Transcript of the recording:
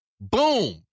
Boom